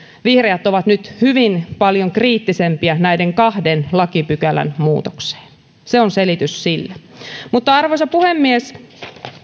vihreät ovat nyt hyvin paljon kriittisempiä näiden kahden lakipykälän muutokseen se on selitys sille arvoisa puhemies